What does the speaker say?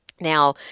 Now